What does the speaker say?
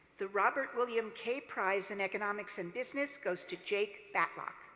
the robert william kaye prize in economics and business goes to jake battock.